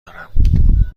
دارم